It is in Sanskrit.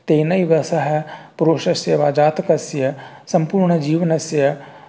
तेनैव सह पुरुषस्य वा जातकस्य सम्पूर्णजीवनस्य